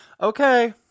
Okay